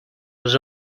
was